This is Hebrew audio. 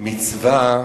מצו"ה